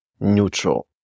neutral